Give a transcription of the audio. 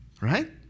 Right